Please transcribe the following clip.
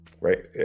right